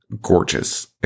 gorgeous